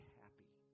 happy